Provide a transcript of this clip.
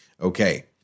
Okay